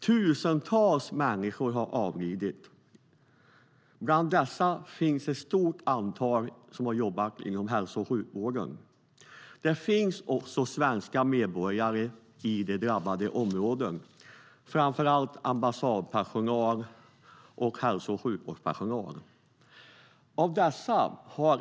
Tusentals människor har avlidit, bland dessa ett stort antal som har jobbat inom hälso och sjukvården. Det finns också svenska medborgare i de drabbade områdena, framför allt ambassadpersonal och hälso och sjukvårdspersonal.